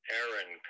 Aaron